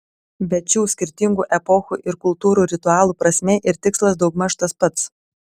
bet šių skirtingų epochų ir kultūrų ritualų prasmė ir tikslas daugmaž tas pats